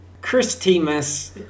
Christmas